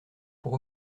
pour